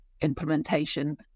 implementation